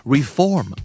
Reform